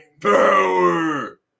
Power